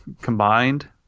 combined